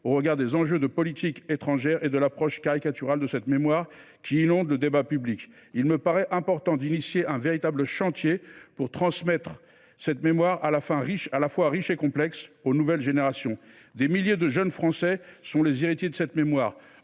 Eu égard aux enjeux de politique étrangère et de l’approche caricaturale qui inonde le débat public, il me semble important de lancer un véritable chantier pour transmettre cette mémoire à la fois riche et complexe aux nouvelles générations. Ce sont des milliers de jeunes Français qui sont les héritiers de cette mémoire.